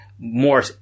more